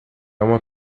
uma